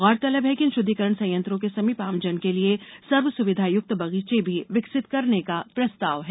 गौरतलब है कि इन षुद्धिकरण संयंत्रों के समीप आमजन के लिए सर्वसुविधायुक्त बगीचे भी विकसित करने का प्रस्ताव है